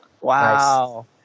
Wow